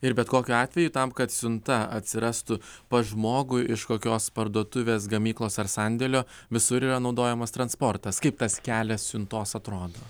ir bet kokiu atveju tam kad siunta atsirastų pas žmogų iš kokios parduotuvės gamyklos ar sandėlio visur yra naudojamas transportas kaip tas kelias siuntos atrodo